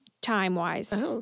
time-wise